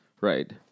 right